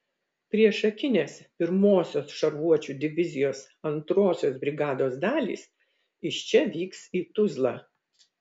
priešakinės pirmosios šarvuočių divizijos antrosios brigados dalys iš čia vyks į tuzlą